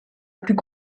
plus